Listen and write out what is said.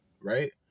right